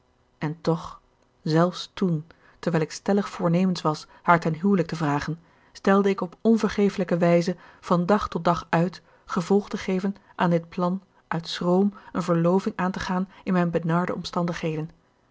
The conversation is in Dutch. en toch zelfs toen terwijl ik stellig voornemens was haar ten huwelijk te vragen stelde ik op onvergefelijke wijze van dag tot dag uit gevolg te geven aan dit plan uit schroom een verloving aan te gaan in mijne benarde omstandigheden